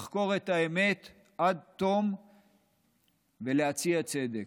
לחקור את האמת עד תום ולהציע צדק.